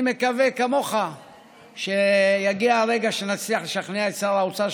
אני מקווה כמוך שיגיע הרגע שנצליח לשכנע את שר האוצר,